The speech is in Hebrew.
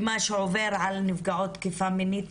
מה שעובר על נפגעות תקיפה מינית,